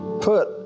put